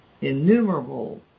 innumerable